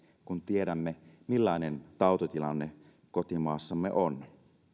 kun tiedämme millainen tautitilanne kotimaassamme on